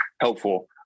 helpful